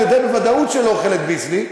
אני יודע בוודאות שהיא לא אוכלת "ביסלי",